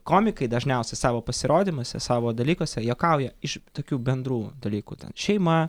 komikai dažniausia savo pasirodymuose savo dalykuose juokauja iš tokių bendrų dalykų ten šeima